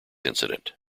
incident